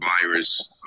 virus